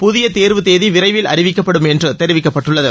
புதிய தேர்வு தேதி விரைவில் அறிவிக்கப்படும் என்றும் தெரிவிக்கப்பட்டுள்ளது